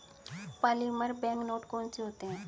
polymer bank note कौन से होते हैं